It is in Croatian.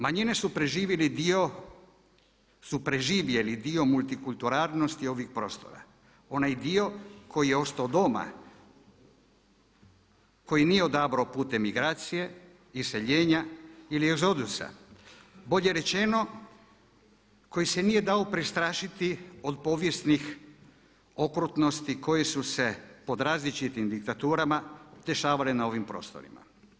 Manjine su preživjele dio multikulturalnosti ovih prostora, onaj dio koji je ostao doma, koji nije odabrao putem migracije, iseljenja ili egzodusa, bolje rečeno koji se nije dao prestrašiti od povijesnih okrutnosti koje su se pod različitim diktaturama dešavale na ovim prostorima.